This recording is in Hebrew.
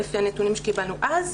לפי הנתונים שקיבלנו אז.